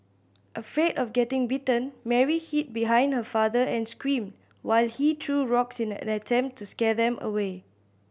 afraid of getting bitten Mary hid behind her father and screamed while he threw rocks in an attempt to scare them away